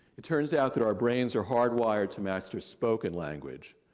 it turns out that our brains are hardwired to master spoken language.